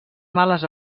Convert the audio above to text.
males